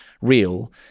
real